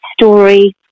story